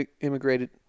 immigrated